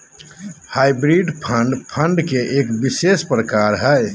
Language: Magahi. हाइब्रिड फंड, फंड के एक विशेष प्रकार हय